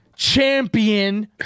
champion